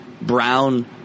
Brown